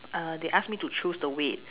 uh they ask me to choose the weight